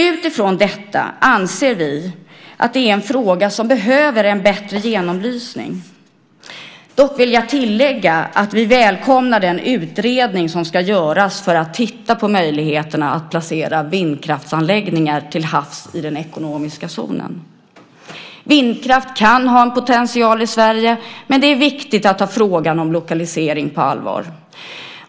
Utifrån detta anser vi att det är en fråga som behöver en bättre genomlysning. Dock vill jag tillägga att vi välkomnar den utredning som ska göras för att titta på möjligheterna att placera vindkraftsanläggningar till havs i den ekonomiska zonen. Vindkraft kan ha en potential i Sverige, men det är viktigt att ta frågan om lokalisering på allvar.